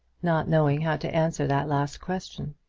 not knowing how to answer that last question.